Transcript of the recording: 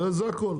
זה הכול.